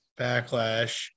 backlash